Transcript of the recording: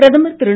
பிரதமர் திரு